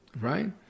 right